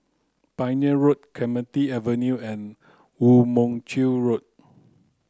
Pioneer Road Clementi Avenue and Woo Mon Chew Road